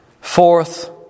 Fourth